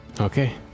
Okay